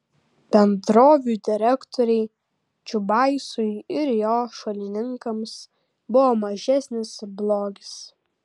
bendrovių direktoriai čiubaisui ir jo šalininkams buvo mažesnis blogis